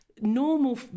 normal